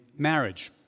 marriage